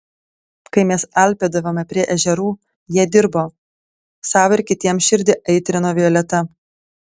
kai mes alpėdavome prie ežerų jie dirbo sau ir kitiems širdį aitrino violeta